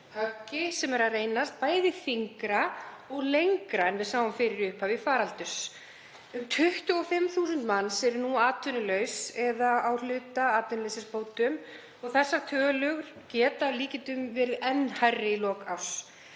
höggi sem er að reynast bæði þyngra og lengra en við sáum fyrir í upphafi faraldurs. Um 25.000 manns eru atvinnulausir eða á hlutaatvinnuleysisbótum. Þessar tölur geta að líkindum orðið enn hærri í lok árs.